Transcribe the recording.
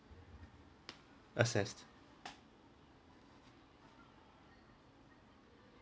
assessed